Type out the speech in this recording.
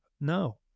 No